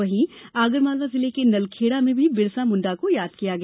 वहीं आगरमालवा जिले के नलखेड़ा में भी बिरसा मुंडा को याद किया गया